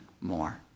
more